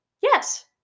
Yes